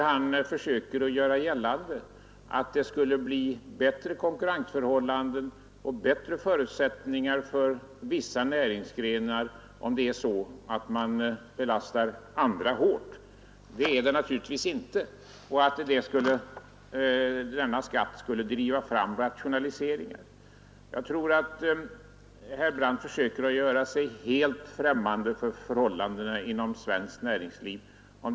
Han försöker göra gällande att det skulle bli bättre konkurrensförhållanden och bättre förutsättningar för vissa näringsgrenar, om man belastar andra hårt, och att denna skatt skulle driva fram rationaliseringar. Så är det naturligtvis inte. Herr Brandt försöker tydligen göra sig helt främmande för förhållandena inom svenskt näringsliv.